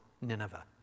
Nineveh